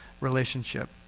relationship